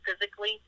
physically